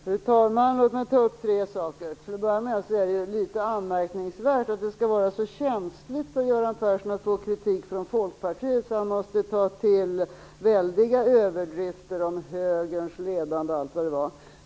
Fru talman! Jag vill ta upp tre saker. Till att börja med är det något anmärkningsvärt att det skall vara så känsligt för Göran Persson att få kritik från Folkpartiet så att han måste ta till väldiga överdrifter om högerns ledande roll och allt vad det nu var.